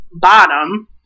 bottom